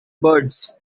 birds